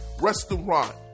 restaurant